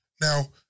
Now